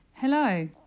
Hello